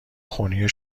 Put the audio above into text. خونی